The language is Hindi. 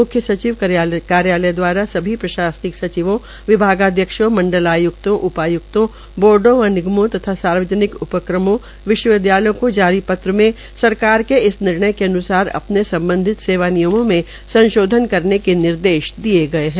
मुख्य सचिव कार्यालय द्वारा सभी प्रशासनिक सचिवों विभागध्यक्षों मंडल आय्क्तों उपाय्क्तों बोर्डो व निगमों तथा सार्वजनिक उपक्रमों विश्वविदयालयों मे जारी पत्र में सरकार के इस निर्णय के अन्सार अपने सम्बधित सेवा नियमों में संशोधन करने के निर्देश दिये गये है